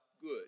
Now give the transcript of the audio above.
good